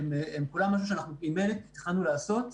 והן כולן משהו שכבר התחלנו לעשות.